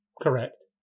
correct